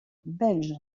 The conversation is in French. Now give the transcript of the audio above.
belge